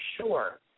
sure